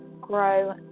grow